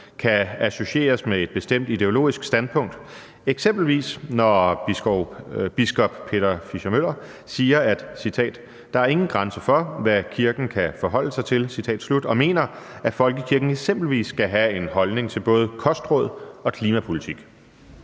kan associeres med et bestemt ideologisk standpunkt, eksempelvis når biskop Peter Fischer-Møller siger, at »der er ingen grænser for, hvad kirken kan forholde sig til«, og mener, at folkekirken eksempelvis skal have en holdning til både kostråd og klimapolitik?